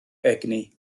egni